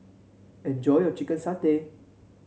enjoy your Chicken Satay